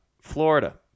florida